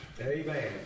Amen